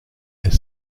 est